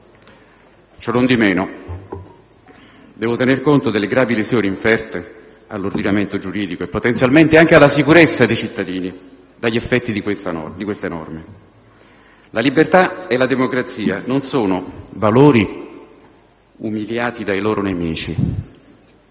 Cionondimeno, devo tener conto delle gravi lesioni inferte all'ordinamento giuridico e potenzialmente anche alla sicurezza dei cittadini dagli effetti di queste norme. La libertà e la democrazia non sono valori umiliati dai loro nemici,